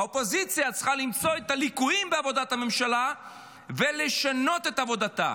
האופוזיציה צריכה למצוא את הליקויים בעבודת הממשלה ולשנות את עבודתה.